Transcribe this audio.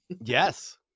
Yes